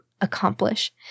accomplish